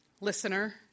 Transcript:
listener